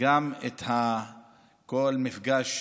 גם כל מפגש